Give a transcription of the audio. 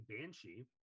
banshee